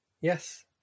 Yes